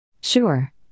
Sure